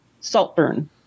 Saltburn